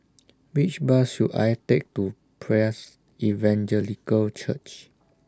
Which Bus should I Take to Praise Evangelical Church